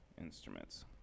instruments